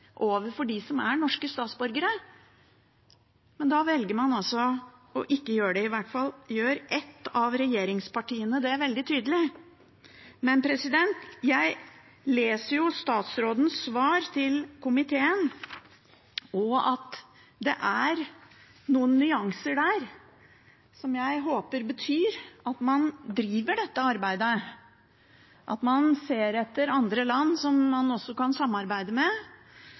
overfor dem som er norske statsborgere, men da velger man å ikke gjøre det. I hvert fall gjør ett av regjeringspartiene det veldig tydelig. Jeg leser statsrådens svar til komiteen, og det er noen nyanser der som jeg håper betyr at man driver dette arbeidet, at man ser etter andre land som man også kan samarbeide med.